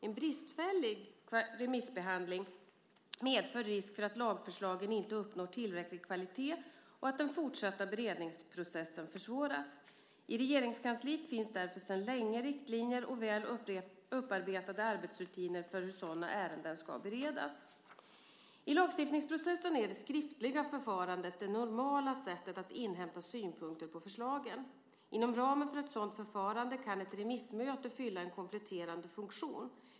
En bristfällig remissbehandling medför risk för att lagförslagen inte uppnår tillräcklig kvalitet och att den fortsatta beredningsprocessen försvåras. I Regeringskansliet finns därför sedan länge riktlinjer och väl upparbetade arbetsrutiner för hur sådana ärenden ska beredas. I lagstiftningsprocessen är det skriftliga förfarandet det normala sättet att inhämta synpunkter på förslagen. Inom ramen för ett sådant förfarande kan ett remissmöte fylla en kompletterande funktion.